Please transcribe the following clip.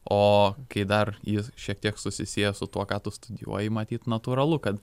o kai dar jis šiek tiek susisieja su tuo ką tu studijuoji matyt natūralu kad